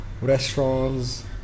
Restaurants